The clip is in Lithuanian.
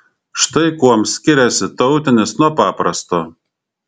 štai kuom skiriasi tautinis nuo paprasto